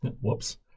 Whoops